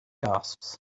gasps